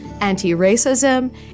anti-racism